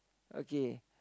okay